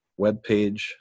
webpage